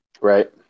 Right